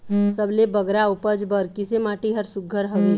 सबले बगरा उपज बर किसे माटी हर सुघ्घर हवे?